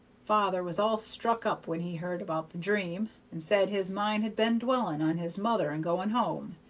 father was all struck up when he heard about the dream, and said his mind had been dwellin' on his mother and going home,